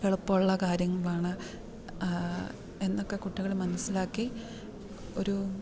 എളുപ്പമുള്ള കാര്യങ്ങളാണ് എന്നൊക്കെ കുട്ടികൾ മനസ്സിലാക്കി ഒരൂ